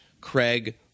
Craig